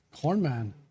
Cornman